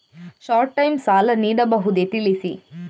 Short time ಸಾಲ ನೀಡಬಹುದೇ ತಿಳಿಸಿ?